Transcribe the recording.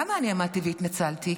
למה אני עמדתי והתנצלתי?